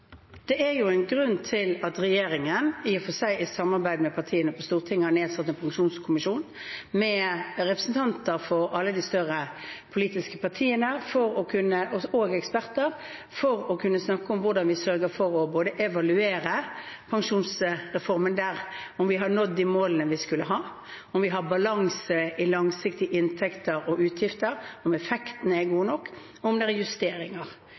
Det er jo en grunn til at regjeringen, i og for seg i samarbeid med partiene på Stortinget, har nedsatt en pensjonskommisjon med representanter for alle de større politiske partiene og eksperter for å kunne snakke om hvordan vi sørger for å evaluere pensjonsreformen – om vi har nådd de målene vi skulle ha, om vi har balanse i langsiktige inntekter og utgifter, om effekten er god nok, om det er justeringer.